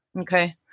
Okay